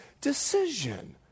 decision